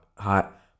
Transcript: hot